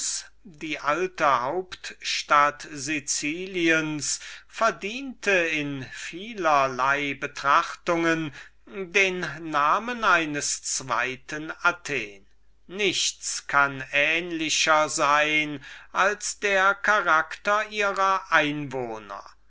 die hauptstadt siciliens verdiente in vielerlei betrachtungen den namen des zweiten athen nichts kann ähnlicher sein als der charakter ihrer einwohner